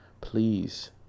Please